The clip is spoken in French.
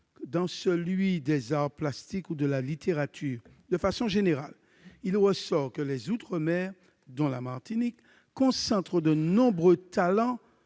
-, dans celui des arts plastiques ou dans celui de la littérature. De façon générale, il ressort que les outre-mer, notamment la Martinique, concentrent de nombreux talents,